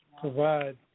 provide